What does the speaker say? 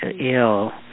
ill